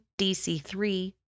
DC-3